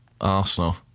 Arsenal